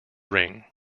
ring